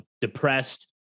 depressed